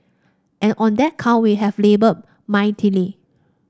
and on that count we have laboured mightily